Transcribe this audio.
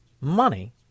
money